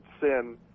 sin